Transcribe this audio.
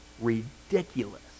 Ridiculous